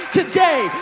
today